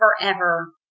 forever